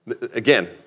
again